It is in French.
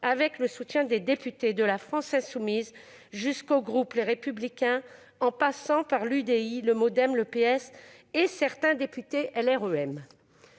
avec un soutien allant des députés de la France insoumise jusqu'au groupe Les Républicains, en passant par l'UDI, le Modem le PS et certains députés LREM.